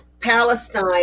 Palestine